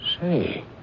Say